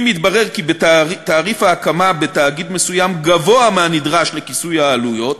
אם יתברר כי תעריף ההקמה בתאגיד מסוים גבוה מהנדרש לכיסוי עלויות